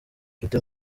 afite